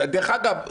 דרך אגב,